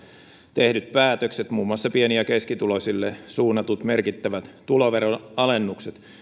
tehdyt päätökset muun muassa pieni ja keskituloisille suunnatut merkittävät tuloveron alennukset